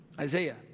Isaiah